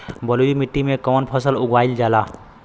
बलुई मिट्टी में कवन फसल उगावल जाला?